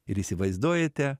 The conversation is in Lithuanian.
ir įsivaizduojate